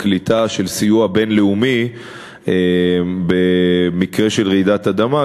קליטה של סיוע בין-לאומי במקרה של רעידת אדמה,